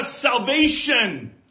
salvation